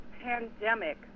pandemic